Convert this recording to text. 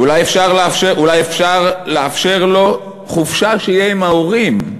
אולי אפשר לאפשר לו חופשה, שיהיה עם ההורים.